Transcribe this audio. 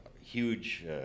huge